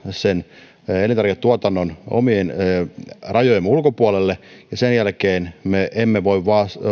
sen elintarviketuotannon valua omien rajojemme ulkopuolelle sen jälkeen me emme voi